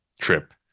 trip